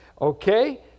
Okay